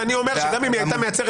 ואני אומר שגם אם היא הייתה מייצרת